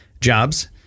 jobs